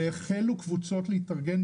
והחלו קבוצות להתארגן,